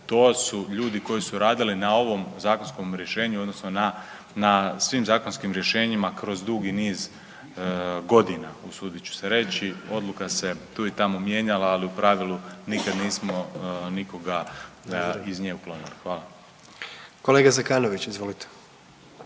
to su ljudi koji su radili na ovom zakonskom rješenju odnosno na svim zakonskim rješenjima kroz dugi niz godina. Usudit ću se reći odluka se tu i tamo mijenjala ali u pravilu nikada nismo nikoga iz nje uklonili. Hvala. **Jandroković, Gordan